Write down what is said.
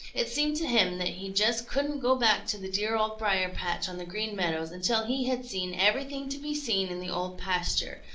it seemed to him that he just couldn't go back to the dear old briar-patch on the green meadows until he had seen everything to be seen in the old pasture.